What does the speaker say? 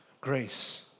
Grace